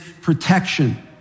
protection